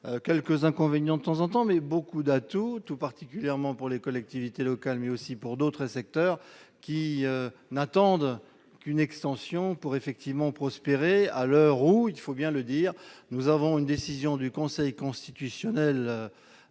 quelques inconvénients de temps en temps, mais beaucoup d'atouts, tout particulièrement pour les collectivités locales, mais aussi pour d'autres secteurs qui n'attendent qu'une extension pour effectivement prospéré à l'heure où il faut bien le dire, nous avons une décision du Conseil constitutionnel,